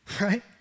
right